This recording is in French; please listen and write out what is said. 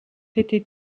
été